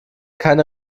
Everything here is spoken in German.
keine